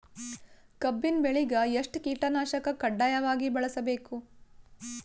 ಕಬ್ಬಿನ್ ಬೆಳಿಗ ಎಷ್ಟ ಕೀಟನಾಶಕ ಕಡ್ಡಾಯವಾಗಿ ಬಳಸಬೇಕು?